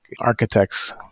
architects